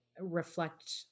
reflect